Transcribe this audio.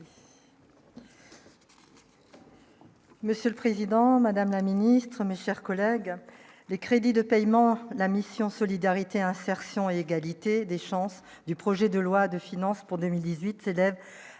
Monsieur le Président, Madame la Ministre, mes chers collègues, les crédits de paiement, la mission Solidarité, insertion et égalité des chances du projet de loi de finances pour 2018 élèves